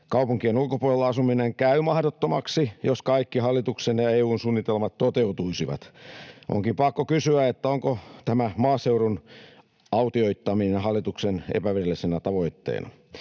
Kaupunkien ulkopuolella asuminen käy mahdottomaksi, jos kaikki hallituksen ja EU:n suunnitelmat toteutuisivat. Onkin pakko kysyä, onko tämä maaseudun autioittaminen hallituksen epävirallisena tavoitteena.